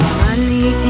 money